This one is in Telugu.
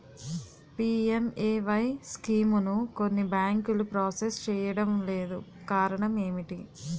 పి.ఎం.ఎ.వై స్కీమును కొన్ని బ్యాంకులు ప్రాసెస్ చేయడం లేదు కారణం ఏమిటి?